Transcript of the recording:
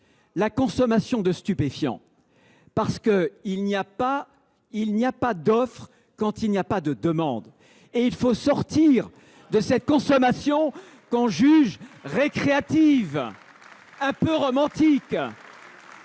la consommation de stupéfiants, car il n’y a pas d’offre quand il n’y a pas de demande. Il faut sortir de cette consommation que l’on juge récréative, voire un peu romantique